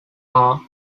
are